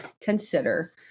consider